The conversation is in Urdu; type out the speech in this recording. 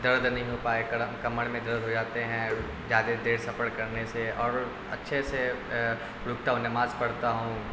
درد نہیں ہو پائے کمر میں درد ہو جاتے ہیں زیادہ دیر سفر کرنے سے اور اچھے سے رکتا ہوں نماز پڑھتا ہوں